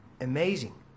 amazing